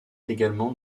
également